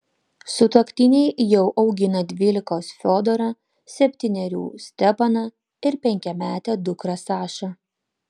sutuoktiniai jau augina dvylikos fiodorą septynerių stepaną ir penkiametę dukrą sašą